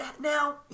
now